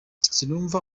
sinumva